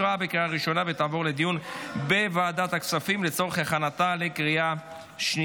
לוועדת הכספים נתקבלה.